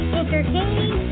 entertaining